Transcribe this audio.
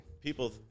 People